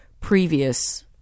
previous